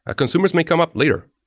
ah consumers may come up later,